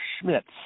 Schmitz